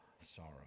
sorrow